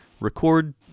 Record